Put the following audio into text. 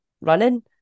running